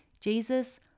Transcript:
Jesus